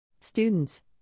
Students